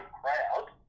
crowd